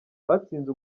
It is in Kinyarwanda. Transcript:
batsinze